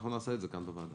אנחנו נעשה את זה כאן בוועדה.